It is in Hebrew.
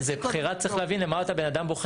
לא, אבל צריך להבין מה עוד הבן אדם בוחר.